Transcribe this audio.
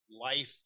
life